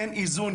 אין איזון.